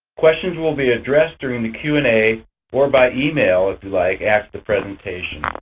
questions will be addressed during the q and a or by email if you like after the presentation.